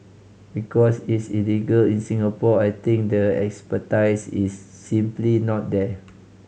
because it's illegal in Singapore I think the expertise is simply not there